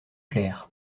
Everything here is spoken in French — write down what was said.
clair